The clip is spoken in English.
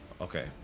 Okay